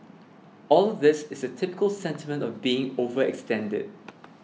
all of this is the typical sentiment of being overextended